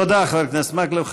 תודה, חבר הכנסת מקלב.